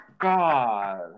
God